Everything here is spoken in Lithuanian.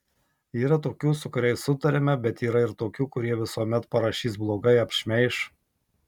yra tokių su kuriais sutariame bet yra ir tokių kurie visuomet parašys blogai apšmeiš